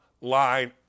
line